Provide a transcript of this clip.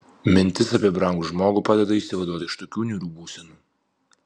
mintis apie brangų žmogų padeda išsivaduoti iš tokių niūrių būsenų